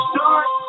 Start